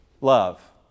love